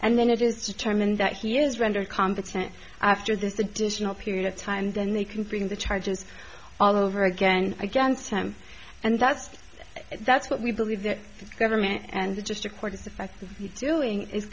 and then it is determined that he is rendered competent after this additional period of time then they can bring the charges all over again against him and that's that's what we believe that the government and the district court is effectively doing is